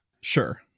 Sure